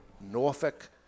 Norfolk